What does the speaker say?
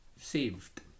saved